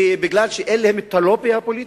כי אין להם לובי פוליטי?